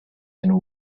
and